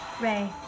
Ray